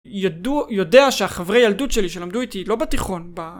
יודע שהחברי ילדות שלי שלמדו איתי לא בתיכון